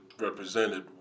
represented